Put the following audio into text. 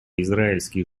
израильских